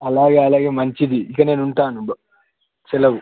అలాగే అలాగే మంచిది ఇక నేను ఉంటాను సెలవు